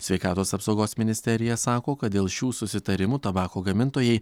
sveikatos apsaugos ministerija sako kad dėl šių susitarimų tabako gamintojai